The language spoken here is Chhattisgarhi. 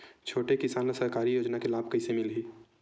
छोटे किसान ला सरकारी योजना के लाभ कइसे मिलही?